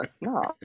no